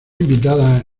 invitada